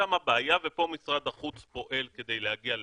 שם הבעיה, ופה משרד החוץ פועל כדי להגיע להסדרים.